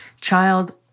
child